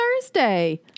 Thursday